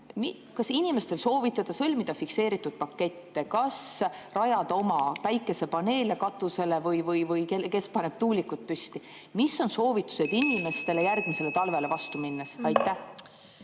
kas inimestele soovitada sõlmida fikseeritud pakette, rajada oma päikesepaneele katusele või panna tuulikud püsti – mis on soovitused inimestele järgmisele talvele vastu minnes? Aitäh!